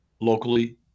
locally